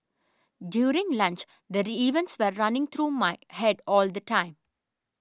during lunch the events were running through my head all the time